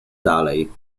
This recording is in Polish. dalej